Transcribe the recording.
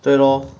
对 lor